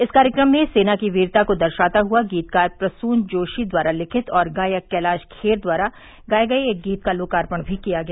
इस कार्यक्रम में सेना की वीरता को दर्शाता हुआ गीतकार प्रसून जोशी द्वारा लिखित और गायक कैलाश खेर द्वारा गाए गए एक गीत का लोकार्पण भी किया गया